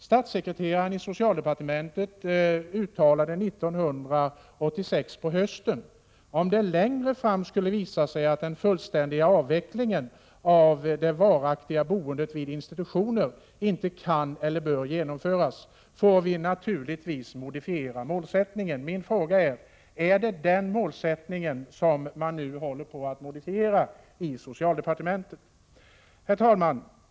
Statssekreteraren i socialdepartementet uttalade på hösten 1986: Om det längre fram skulle visa sig att den fullständiga avvecklingen av det varaktiga boendet vid institutioner inte kan eller bör genomföras får vi naturligtvis modifiera målsättningen. Min fråga blir: Är det den målsättningen som man nu håller på att modifiera i socialdepartementet? Herr talman!